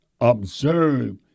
observe